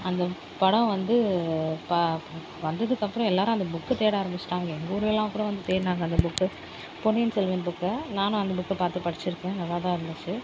அந்த படம் வந்து ப வந்ததுக்கு அப்புறம் எல்லாரும் அந்த புக்கை தேட ஆரம்பிச்சிவிட்டாங்க எங்கள் ஊருலலாம் கூட வந்து தேடுனாங்க அந்த புக்கு பொன்னியின் செல்வன் புக்கை நானும் அந்த புக்கை பார்த்து படிச்சிருக்கேன் நல்லா தான் இருந்துச்சு